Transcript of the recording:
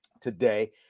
today